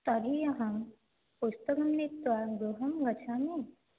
तर्हि अहं पुस्तकं नीत्वा गृहं गच्छामि